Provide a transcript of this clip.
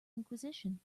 inquisition